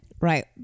right